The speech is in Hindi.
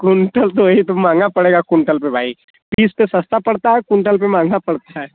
कुंटल तो वही तो महँगा पड़ेगा कुंटल पर भाई पीस पर सस्ता पड़ता है कुंटल पर महँगा पड़ता है